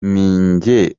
ninjye